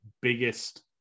biggest